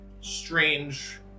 strange